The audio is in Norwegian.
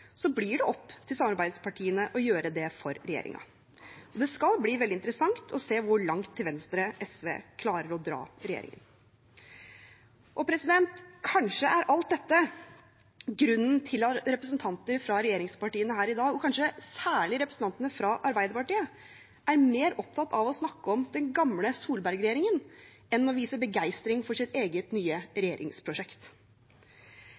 blir det opp til samarbeidspartiene å gjøre det for regjeringen. Det skal bli veldig interessant å se hvor langt til venstre SV klarer å dra regjeringen. Kanskje er alt dette grunnen til at representanter for regjeringspartiene her i dag, og kanskje særlig representantene fra Arbeiderpartiet, er mer opptatt av å snakke om den gamle Solberg-regjeringen enn av å vise begeistring for sitt eget nye